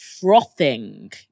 frothing